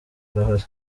arahari